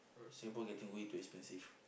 Singapore getting way too expensive